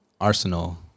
Arsenal